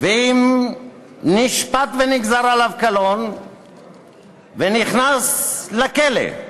אם נשפט ונגזר עליו קלון ונכנס לכלא,